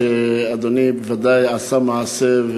אדוני בוודאי עשה מעשה,